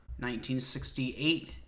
1968